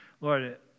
Lord